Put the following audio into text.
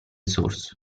source